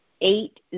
eight